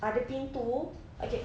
ada pintu okay